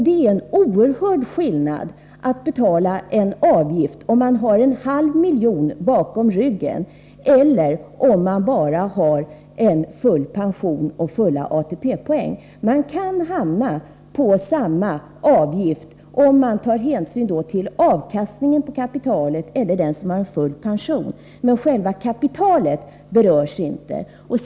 Det är en oerhörd skillnad mellan att betala en avgift om man har en halv miljon bakom ryggen och att betala avgiften om man bara har full pension och full ATP-poäng. Man kan hamna på samma avgift om man har avkastning på ett kapital eller om man har full pension, men själva kapitalet berörs inte.